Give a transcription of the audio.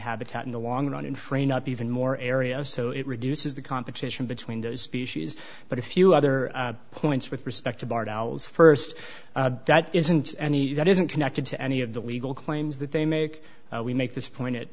habitat in the long run in freeing up even more areas so it reduces the competition between those species but a few other points with respect to bartels st that isn't that isn't connected to any of the legal claims that they make we make this point